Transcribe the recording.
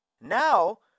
Now